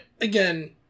again